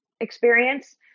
experience